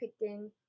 picking